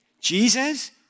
Jesus